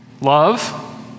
Love